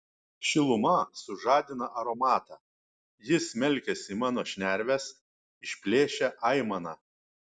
šiluma sužadina aromatą jis smelkiasi į mano šnerves išplėšia aimaną